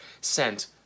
sent